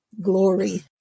glory